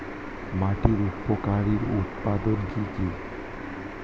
মাটির উপকারী উপাদান কি কি?